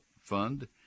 fund